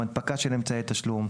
"הנפקה של אמצעי תשלום",